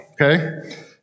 okay